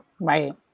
Right